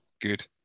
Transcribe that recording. good